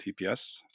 TPS